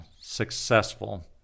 successful